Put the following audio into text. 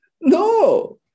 No